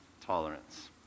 tolerance